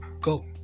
go